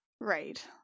Right